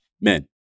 men